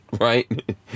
right